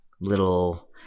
Little